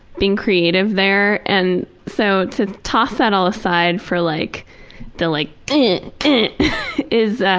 being creative there and so to toss that all aside for like the like is,